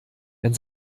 wenn